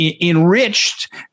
enriched